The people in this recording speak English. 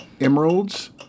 emeralds